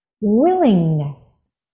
willingness